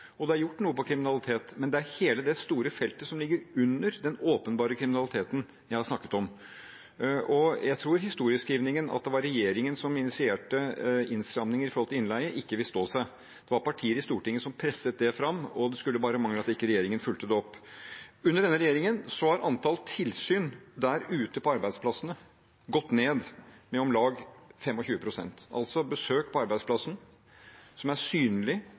og det er gjort noe på kriminalitetsfeltet – det er hele det store feltet som ligger under den åpenbare kriminaliteten, jeg har snakket om. Jeg tror historieskrivingen, at det var regjeringen som initierte innstramminger knyttet til innleie, ikke vil stå seg. Det var partier i Stortinget som presset det fram, og det skulle bare mangle at regjeringen ikke fulgte det opp. Under denne regjeringen har antall tilsyn der ute på arbeidsplassene gått ned med om lag 25 pst. – besøk på arbeidsplassen som er synlig,